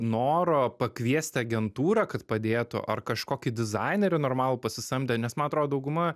noro pakviesti agentūrą kad padėtų ar kažkokį dizainerį normalų pasisamdė nes man atrodo dauguma